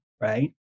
right